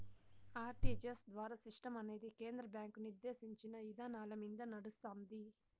RTGS ద్వారా సిస్టమనేది కేంద్ర బ్యాంకు నిర్దేశించిన ఇదానాలమింద నడస్తాంది